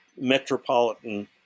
metropolitan